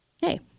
Hey